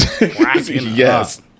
Yes